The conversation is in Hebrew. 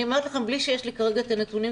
אני אומרת לכם בלי שיש לי כרגע את הנתונים,